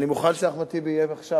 אני מוכן שאחמד טיבי יהיה עכשיו.